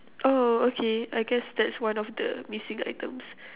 oh okay I guess that's one of the missing items